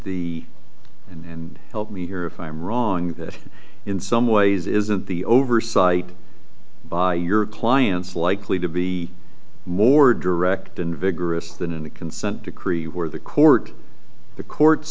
the and help me here if i'm wrong that in some ways isn't the oversight by your clients likely to be more direct than vigorous than in the consent decree where the court the courts